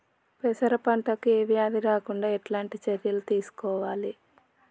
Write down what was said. పెరప పంట కు ఏ వ్యాధి రాకుండా ఎలాంటి చర్యలు తీసుకోవాలి?